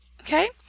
Okay